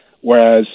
whereas